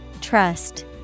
Trust